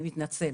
אני מתנצל.